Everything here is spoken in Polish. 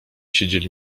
siedzieli